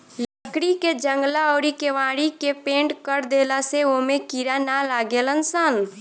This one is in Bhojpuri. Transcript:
लकड़ी के जंगला अउरी केवाड़ी के पेंनट कर देला से ओमे कीड़ा ना लागेलसन